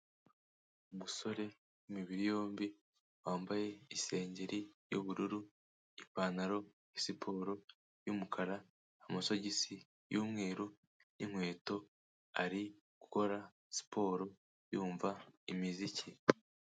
Umusore w'imibiri yombi wambaye isengeri y'ubururu, ipantaro ya siporo y'umukara, amasogisi y'umweru n'inkweto, ari gukora siporo yumva imiziki